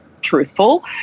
truthful